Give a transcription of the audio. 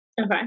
Okay